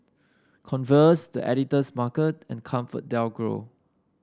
Converse The Editor's Market and ComfortDelGro